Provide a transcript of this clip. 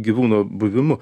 gyvūno buvimu